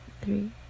three